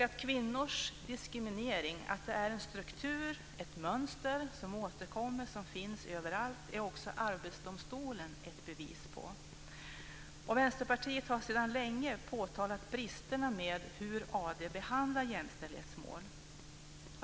Att kvinnors diskriminering är en struktur, ett mönster, som återkommer och som finns överallt är också Arbetsdomstolen ett bevis på. Vänsterpartiet har sedan länge påtalat bristerna när det gäller hur AD behandlar jämställdhetsmål.